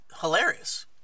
hilarious